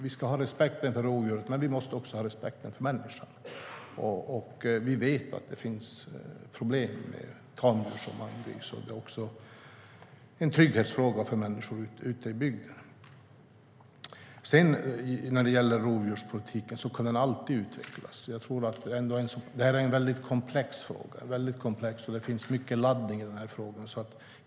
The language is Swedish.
Vi ska ha respekt för rovdjuret, men vi måste också ha respekt för människan. Och vi vet att det finns problem med tamdjur som man bryr sig om. Det är också en trygghetsfråga för människor ute i bygden. Rovdjurspolitiken kan alltid utvecklas. Det är en väldigt komplex fråga, och det finns mycket laddning i frågan.